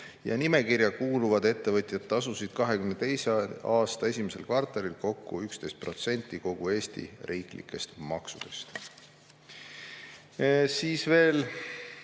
Nimekirja kuuluvad ettevõtjad tasusid 2022. aasta esimeses kvartalis kokku 11% kogu Eesti riiklikest maksudest. Veel